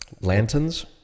lanterns